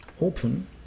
open